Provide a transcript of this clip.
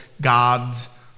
God's